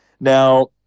Now